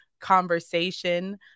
conversation